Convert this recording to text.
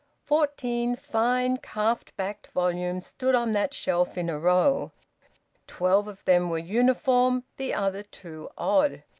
fourteen fine calf-backed volumes stood on that shelf in a row twelve of them were uniform, the other two odd.